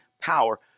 power